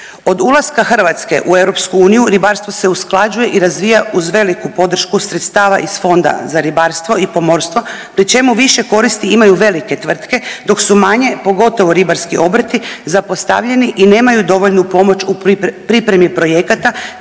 Od ulaska Hrvatske u EU ribarstvo se usklađuje i razvija uz veliku podršku sredstava iz Fonda za ribarstvo i pomorstvo pri čemu više koristi imaju velike tvrtke dok su manje, pogotovo ribarski obrti zapostavljeni i nemaju dovoljnu pomoć u pripremi projekata,